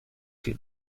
que